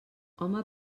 home